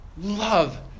Love